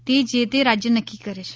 તે જે તે રાજ્ય નક્કી કરે છે